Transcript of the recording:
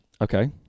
Okay